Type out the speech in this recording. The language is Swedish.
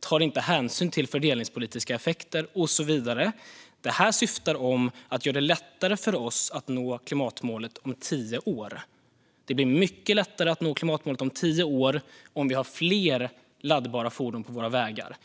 tar inte hänsyn till fördelningspolitiska effekter och så vidare. Detta syftar till att göra det lättare för oss att nå klimatmålet om tio år. Det blir mycket lättare att nå klimatmålet om tio år om vi har fler laddbara fordon på våra vägar.